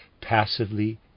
passively